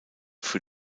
für